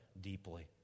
deeply